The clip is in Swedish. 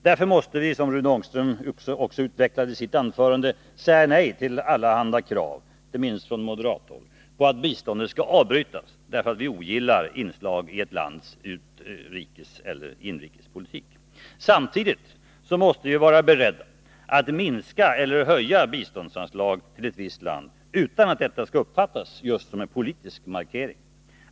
Därför måste vi — vilket Rune Ångström utvecklade i sitt anförande — säga nej till allehanda krav, inte minst från moderathåll, på att biståndet skall avbrytas, därför att vi ogillar inslag i ett u-lands inrikeseller utrikespolitik. Samtidigt måste vi vara beredda att minska eller höja biståndsanslag till ett visst land, utan att detta skall uppfattas just som en politisk markering.